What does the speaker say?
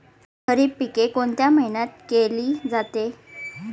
खरीप पिके कोणत्या महिन्यात केली जाते?